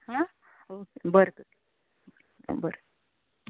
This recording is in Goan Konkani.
आं बरें तर बरें